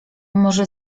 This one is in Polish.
może